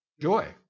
joy